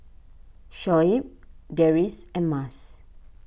Shoaib Deris and Mas